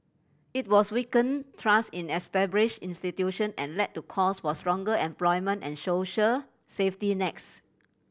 it also weakened trust in established institution and led to calls for stronger employment and social safety next